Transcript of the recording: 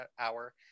hour